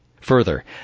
Further